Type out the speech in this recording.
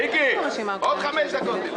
מיקי, עוד חמש דקות.